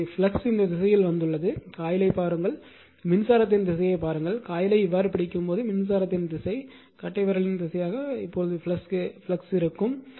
எனவே ஃப்ளக்ஸ் இந்த திசையில் வந்துள்ளன காயிலை பாருங்கள் மின்சாரத்தின் திசையைப் பாருங்கள் காயிலை இவ்வாறு பிடிக்கும் போது மின்சாரத்தின் திசை கட்டைவிரலின் திசையாக ஃப்ளக்ஸ் இருக்கும்